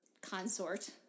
consort